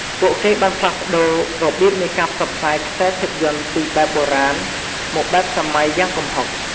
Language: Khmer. ពូកគេបានផ្លាស់ប្ដូររបៀបនៃការផ្សព្វផ្សាយខ្សែភាពយន្តពីបែបបុរាណមកបែបសម័យយ៉ាងគំហុគ។